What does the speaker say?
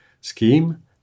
scheme